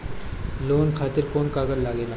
Loan खातिर कौन कागज लागेला?